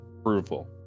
Approval